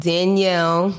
Danielle